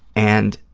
and,